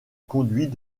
conduit